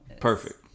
Perfect